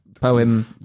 poem